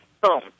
Boom